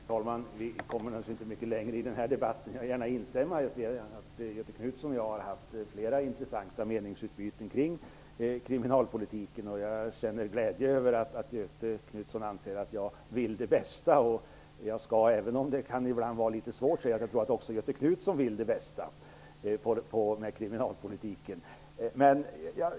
Herr talman! Vi kommer naturligtvis inte mycket längre i den här debatten. Men jag vill gärna instämma i det som Göthe Knutson sade om att vi har haft flera intressanta meningsutbyten kring kriminalpolitiken. Jag känner glädje över att Göthe Knutson anser att jag vill det bästa. Även om det ibland kan vara litet svårt att förstå tror jag att även Göthe Knutson vill det bästa med kriminalpolitiken.